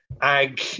ag